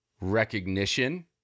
Recognition